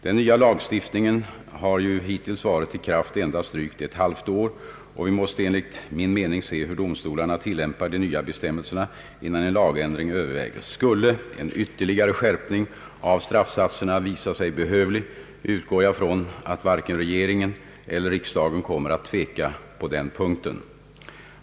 Den nya lagstiftningen har ju hittills varit i kraft endast drygt ett halvt år, och vi måste enligt min mening se hur domstolarna tillämpar de nya bestämmelserna innan en lagändring övervägs. Skulle en ytterligare skärpning av straffsatserna visa sig behövlig, utgår jag från att varken regeringen eller riksdagen kommer att tveka på den punkten.